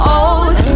old